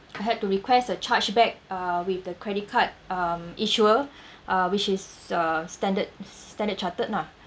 I had to request a chargeback uh with the credit card um issuer uh which is uh standard standard chartered lah